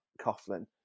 Coughlin